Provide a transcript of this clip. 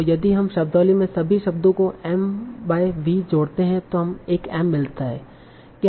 और यदि हम शब्दावली में सभी शब्दों को m बाय V जोड़ते है तों हमें एक m मिलता हैं